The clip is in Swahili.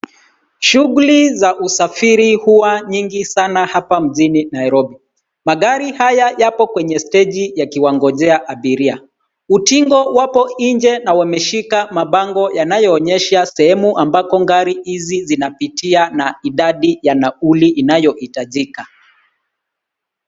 Shughuli za usafiri huwa nyingi sana hapa mjini Nairobi. Magari haya yapo kwenye steji yakiwangojea abiria. Utingo wapo nje na wameshika mabango yanayoonyesha sehemu ambako gari hizi zinapitia na idadi ya nauli inayohitajika.